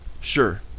sure